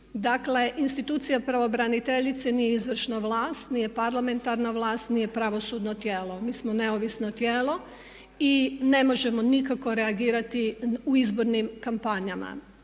Dakle, institucija pravobraniteljice nije izvršna vlast, nije parlamentarna vlast, nije pravosudno tijelo. Mi smo neovisno tijelo i ne možemo nikako reagirati u izbornim kampanjama.